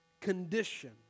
condition